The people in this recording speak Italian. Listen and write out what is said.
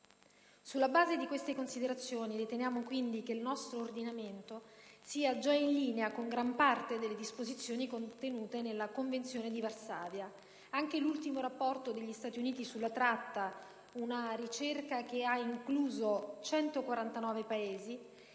Sulla base di queste considerazioni, riteniamo quindi che il nostro ordinamento sia già in linea con gran parte delle disposizioni contenute nella Convenzione di Varsavia. Anche l'ultimo rapporto degli Stati Uniti sulla tratta (una ricerca che ha incluso 149 Paesi),